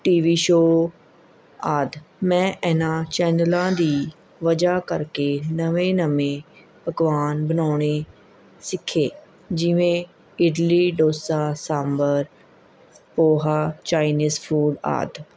T V show ਆਦਿ ਮੈਂ ਇਨ੍ਹਾਂ ਚੈਨਲਾਂ ਦੀ ਵਜ੍ਹਾ ਕਰਕੇ ਨਵੇਂ ਨਵੇਂ ਪਕਵਾਨ ਬਣਾਉਣੇ ਸਿੱਖੇ ਜਿਵੇਂ ਇਡਲੀ ਡੋਸਾ ਸਾਂਬਰ ਪੋਹਾ ਚਾਈਨੀਜ਼ ਫੂਡ ਆਦਿ